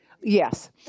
Yes